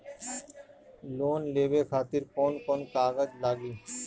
Loan लेवे खातिर कौन कौन कागज लागी?